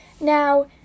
Now